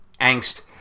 angst